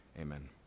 amen